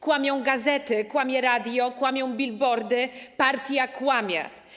Kłamią gazety, kłamie radio, kłamią bilboardy, partia kłamie.